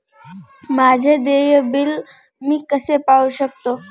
माझे देय बिल मी कसे पाहू शकतो?